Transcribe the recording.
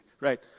Right